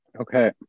Okay